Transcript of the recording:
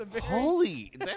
Holy